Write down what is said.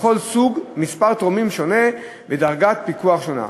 לכל סוג מספר תורמים שונה ודרגת פיקוח שונה: